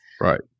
Right